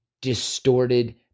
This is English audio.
distorted